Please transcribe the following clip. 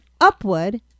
upward